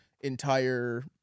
entire